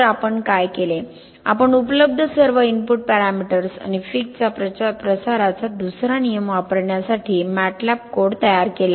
तर आपण काय केले आपण उपलब्ध सर्व इनपुट पॅरामीटर्स आणि फीक चा प्रसाराचा दुसरा नियम वापरण्यासाठी मॅटलॅब कोड तयार केला